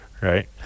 right